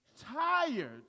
tired